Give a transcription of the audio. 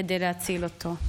כדי להציל אותו.